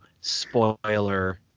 spoiler